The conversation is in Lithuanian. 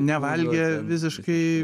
nevalgė visiškai